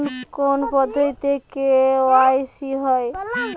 কোন কোন পদ্ধতিতে কে.ওয়াই.সি হয়?